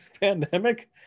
pandemic